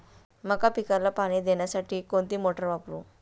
मका पिकाला पाणी देण्यासाठी कोणती मोटार वापरू?